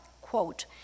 Quote